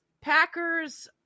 Packers